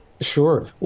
sure